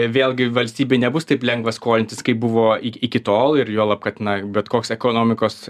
vėlgi valstybei nebus taip lengva skolintis kaip buvo iki iki tol ir juolab kad na bet koks ekonomikos